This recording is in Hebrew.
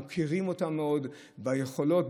מוקירים אותה מאוד ביכולות,